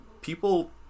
people